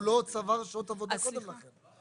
הוא לא צבר שעות עבודה קודם לכן.